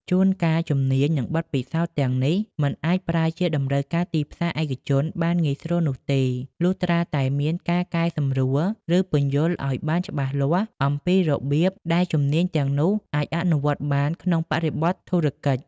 ជួនកាល ជំនាញ និងបទពិសោធន៍ទាំងនេះមិនអាចប្រើជាតម្រូវការទីផ្សារឯកជនបានងាយស្រួលនោះទេ លុះត្រាតែមានការកែសម្រួល ឬពន្យល់ឱ្យបានច្បាស់លាស់អំពីរបៀបដែលជំនាញទាំងនោះអាចអនុវត្តបានក្នុងបរិបទធុរកិច្ច។